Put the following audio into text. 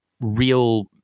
real